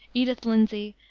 edith linsey,